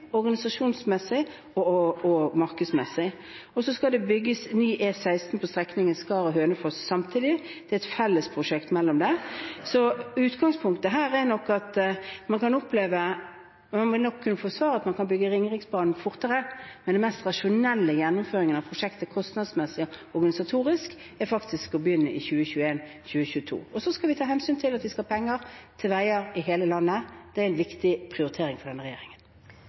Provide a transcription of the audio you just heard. organisasjonsmessig og markedsmessig. Og så skal det bygges ny E16 på strekningen Skaret–Hønefoss samtidig. Det er et fellesprosjekt mellom dem. Utgangspunktet her er nok at man kan forsvare å bygge Ringeriksbanen fortere, men den mest rasjonelle gjennomføringen av prosjektet kostnadsmessig og organisatorisk er faktisk å begynne i 2021/2022. Og så skal vi ta hensyn til at vi skal ha penger til veier i hele landet. Det er en viktig prioritering for denne regjeringen.